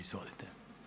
Izvolite.